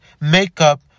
makeup